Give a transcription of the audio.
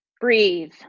Breathe